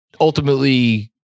ultimately